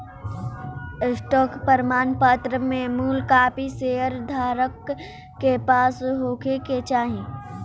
stock प्रमाणपत्र में मूल कापी शेयर धारक के पास होखे के चाही